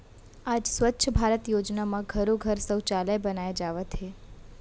आज स्वच्छ भारत योजना म घरो घर सउचालय बनाए जावत हे